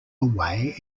away